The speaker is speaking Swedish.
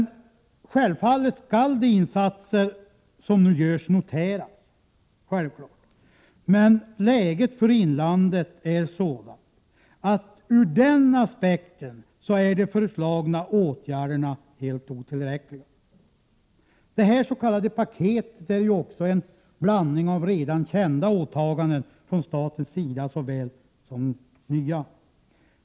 Självfallet skall de insatser som nu görs noteras. Men läget för inlandet är sådant att de föreslagna åtgärderna är helt otillräckliga ur den aspekten. Det här s.k. paketet är ju också en blandning av såväl redan kända åtaganden från statens sida som nya.